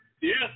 Yes